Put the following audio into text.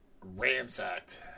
ransacked